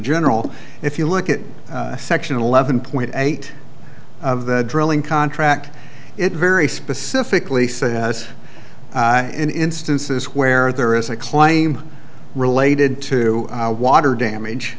general if you look at section eleven point eight of the drilling contract it very specifically says in instances where there is a claim related to water damage